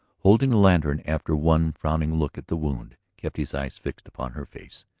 holding the lantern, after one frowning look at the wound, kept his eyes fixed upon her face.